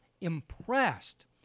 impressed